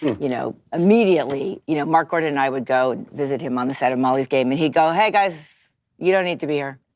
you know immediately, you know, mark gordon and i would go visit him on the set of molly's game and he'd go, hey guys, you don't need to be here.